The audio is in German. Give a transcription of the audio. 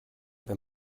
wenn